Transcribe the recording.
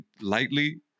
lightly